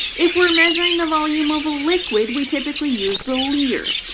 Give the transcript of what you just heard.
if we're measuring the volume of a liquid we typically use the liter.